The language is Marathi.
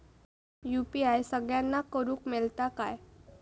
यू.पी.आय सगळ्यांना करुक मेलता काय?